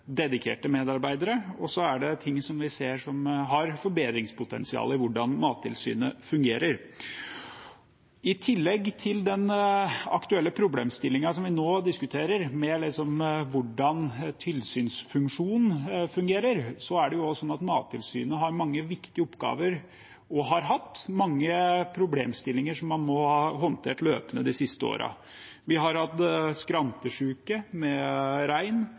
dedikerte medarbeidere – og så er det ting vi ser har forbedringspotensial når det gjelder hvordan Mattilsynet fungerer. I tillegg til den aktuelle problemstillingen vi nå diskuterer, om hvordan tilsynsfunksjonen fungerer, har Mattilsynet mange viktige oppgaver, og de har hatt mange problemstillinger de har måttet håndtere løpende de siste årene. Vi har hatt skrantesyke hos rein,